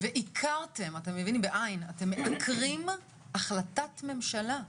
אתם מעקרים החלטת ממשלה.